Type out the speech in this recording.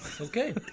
okay